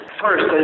first